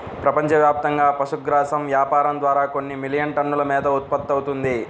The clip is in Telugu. ప్రపంచవ్యాప్తంగా పశుగ్రాసం వ్యాపారం ద్వారా కొన్ని మిలియన్ టన్నుల మేత ఉత్పత్తవుతుంది